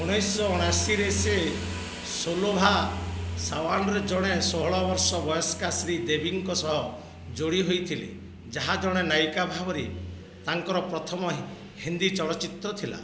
ଉଣେଇଶହ ଅଣାଅଶୀରେ ସେ ସୋଲଭା ସାୱାନରେ ଜଣେ ଷୋହଳ ବର୍ଷ ବୟସ୍କା ଶ୍ରୀଦେବୀଙ୍କ ସହ ଯୋଡ଼ି ହୋଇଥିଲେ ଯାହା ଜଣେ ନାୟିକା ଭାବରେ ତାଙ୍କର ପ୍ରଥମ ହିନ୍ଦୀ ଚଳଚ୍ଚିତ୍ର ଥିଲା